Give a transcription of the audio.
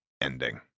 ending